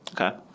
Okay